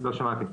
לא שמעתי.